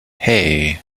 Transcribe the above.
hey